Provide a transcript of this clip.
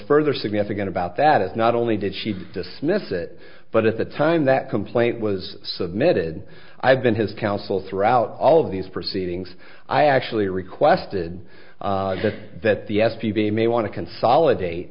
further significant about that is not only did she dismiss it but at the time that complaint was submitted i have been his counsel throughout all of these proceedings i actually requested that the s p v may want to consolidate